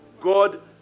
God